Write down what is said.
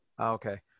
Okay